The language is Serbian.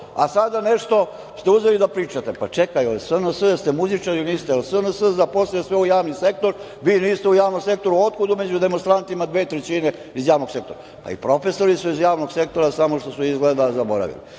a sada ste nešto uzeli da pričate. Pa čekaj, SNS, jeste li muzičari ili niste? Jel SNS zaposlio sve u javni sektor? Vi niste u javnom sektoru. Otkud u demonstrantima dve trećine iz javnog sektora? A i profesori su iz javnog sektora, samo što su izgleda zaboravili.